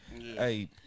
Hey